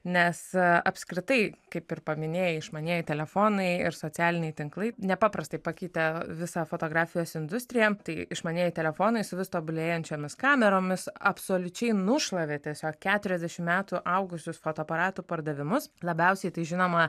nes apskritai kaip ir paminėjai išmanieji telefonai ir socialiniai tinklai nepaprastai pakeitė visą fotografijos industriją tai išmanieji telefonai su vis tobulėjančiomis kameromis absoliučiai nušlavė tiesiog keturiasdešimt metų augusius fotoaparatų pardavimus labiausiai tai žinoma